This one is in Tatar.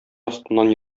астыннан